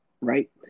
right